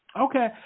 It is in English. Okay